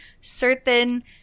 certain